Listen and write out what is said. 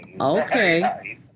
Okay